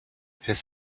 his